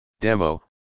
Demo